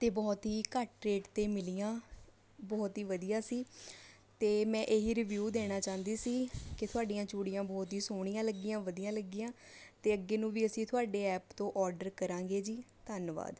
ਅਤੇ ਬਹੁਤ ਹੀ ਘੱਟ ਰੇਟ 'ਤੇ ਮਿਲੀਆਂ ਬਹੁਤ ਹੀ ਵਧੀਆ ਸੀ ਅਤੇ ਮੈਂ ਇਹੀ ਰੀਵਿਊ ਦੇਣਾ ਚਾਹੁੰਦੀ ਸੀ ਕਿ ਤੁਹਾਡੀਆਂ ਚੂੜੀਆਂ ਬਹੁਤ ਹੀ ਸੋਹਣੀਆਂ ਲੱਗੀਆਂ ਵਧੀਆ ਲੱਗੀਆਂ ਅਤੇ ਅੱਗੇ ਨੂੰ ਵੀ ਅਸੀਂ ਤੁਹਾਡੇ ਐਪ ਤੋਂ ਔਡਰ ਕਰਾਂਗੇ ਜੀ ਧੰਨਵਾਦ